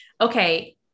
Okay